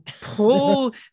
pull